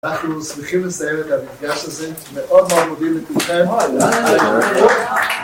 אנחנו שמחים לסיים את המפגש הזה, מאוד מודים לכולכם.